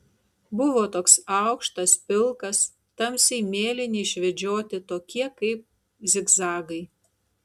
buvo toks aukštas pilkas tamsiai mėlyni išvedžioti tokie kaip zigzagai